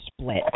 split